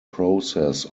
process